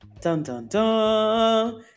Dun-dun-dun